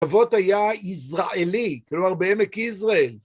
נבות היה יזרעאלי, כלומר, בעמק יזרעאל.